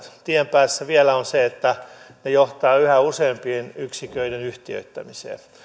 tien päässä vielä on se että ne johtavat yhä useampien yksiköiden yhtiöittämiseen